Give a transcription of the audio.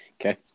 Okay